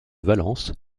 valence